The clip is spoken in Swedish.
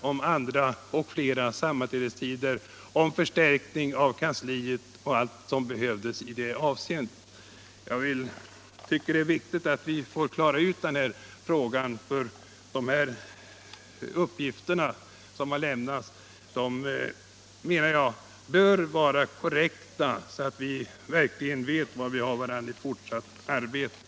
Och varför har i så fall icke = presidierna i de av kansliet och allt som behövdes i det avseendet? nämnderna och Jag tycker det är viktigt att vi får klara ut den här frågan. De uppgifter — landstingen som har lämnats bör, menar jag, vara korrekta, så att vi verkligen vet var vi har varandra i det fortsatta arbetet.